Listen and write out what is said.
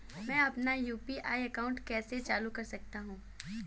मैं अपना UPI account कैसे चालू कर सकता हूँ?